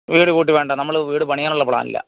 വീട് കൂട്ടി വേണ്ട നമ്മള് വീട് പണിയാനുള്ള പ്ലാനിലാണ്